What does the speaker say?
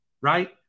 right